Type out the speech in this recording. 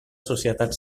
societat